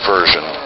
Version